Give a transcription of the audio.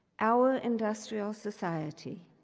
our industrial society,